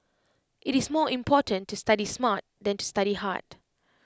IT is more important to study smart than to study hard